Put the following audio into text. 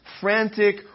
frantic